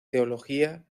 teología